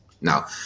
Now